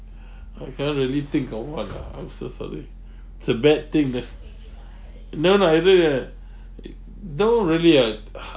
I can't really think of one ah I'm so sorry it's a bad thing leh no no I don't have eh no really ah